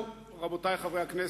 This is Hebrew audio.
רבותי חברי הכנסת,